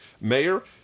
mayor